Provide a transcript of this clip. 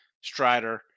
Strider